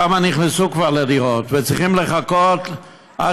כמה נכנסו כבר לדירות וצריכים לחכות עד